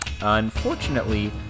Unfortunately